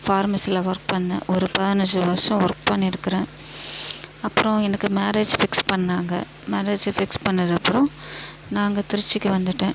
ஃபார்மஸியில் work பண்ணிணேன் ஒரு பதினஞ்சு வருஷம் ஒர்க் பண்ணியிருக்கிறேன் அப்புறம் எனக்கு மேரேஜ் ஃபிக்ஸ் பண்ணிணாங்க மேரேஜ் ஃபிக்ஸ் பண்ணிணதுக்கு அப்புறம் நான் இங்கே திருச்சிக்கு வந்துவிட்டேன்